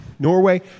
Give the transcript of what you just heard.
Norway